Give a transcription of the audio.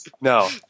No